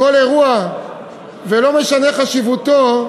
ולא משנה מה חשיבותו,